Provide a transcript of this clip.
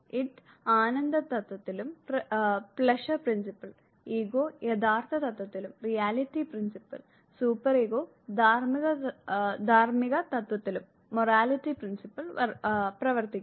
id ആനന്ദ തത്വത്തിലും ego യാഥാർത്ഥ്യ തത്വത്തിലും സൂപ്പർ ഈഗോ ധാർമ്മിക തത്വത്തിലും പ്രവർത്തിക്കുന്നു